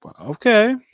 Okay